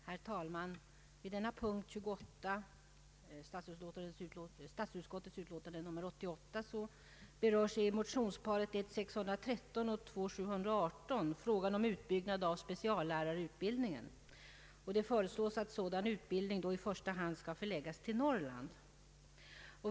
Herr talman! Vid denna punkt i statsutskottets utlåtande berörs i motionsparet I: 613 och II: 718 frågan om utbyggnad av speciallärarutbildningen, och det föreslås att sådan utbildning i första hand skall förläggas till Norrland.